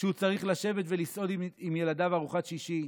כשהוא צריך לשבת ולסעוד עם ילדיו בארוחת שישי,